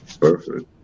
Perfect